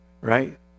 Right